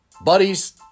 buddies